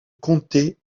comté